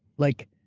like,